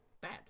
bad